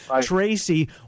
Tracy